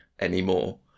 anymore